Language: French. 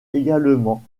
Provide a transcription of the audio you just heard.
également